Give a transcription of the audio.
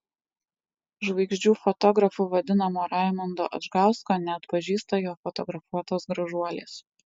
žvaigždžių fotografu vadinamo raimundo adžgausko neatpažįsta jo fotografuotos gražuolės